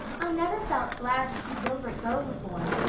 i never felt glad to see gilbert go before,